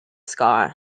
sky